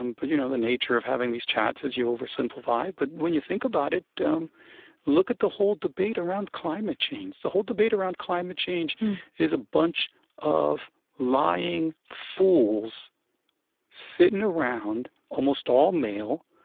um but you know the nature of having these chats is, you oversimplify but when you think about it, look at the whole debate around climate change. the whole debate around climate change is a bunch of lying fools sitting around, almost all male,